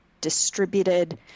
distributed